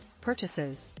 purchases